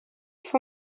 for